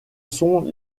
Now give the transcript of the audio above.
sont